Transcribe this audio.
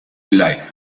life